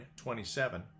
27